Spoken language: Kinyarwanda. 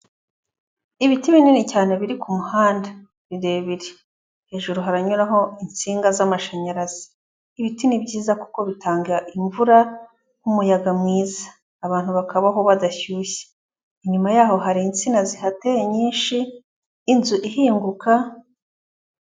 Ibiti binini cyane biri ku muhanda birebire, hejuru haranyuraho insinga z'amashanyarazi, ibiti nib kuko bitanga imvura, umuyaga mwiza abantu bakabaho badashyushye, inyuma yaho hari insina zihateye nyinshi, inzu ihinguka.